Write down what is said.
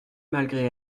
malgré